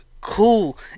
cool